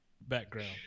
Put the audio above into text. background